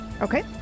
Okay